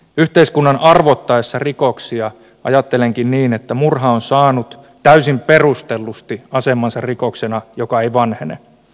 yhteiskunnan arvottaessa rikoksia ajattelenkin niin että murha on saanut täysin perustellusti asemansa rikoksena joka ei vanhene